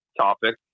topic